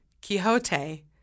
Quixote